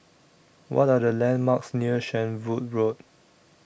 What Are The landmarks near Shenvood Road